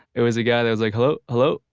it was guy that was like, hello, hello?